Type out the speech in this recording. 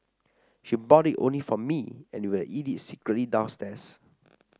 she bought it only for me and we would eat it secretly downstairs